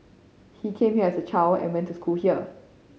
he came here as a child and went to school here